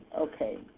okay